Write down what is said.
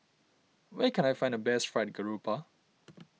where can I find the best Fried Garoupa